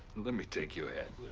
let me take your hat,